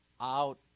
out